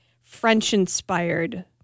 French-inspired